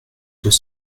deux